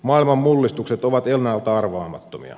maailman mullistukset ovat ennalta arvaamattomia